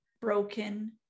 broken